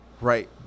Right